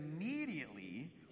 Immediately